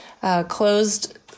Closed